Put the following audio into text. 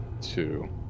two